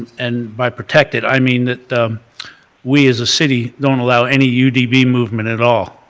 and by protected, i mean we as a city don't allow any u d b. movement at all.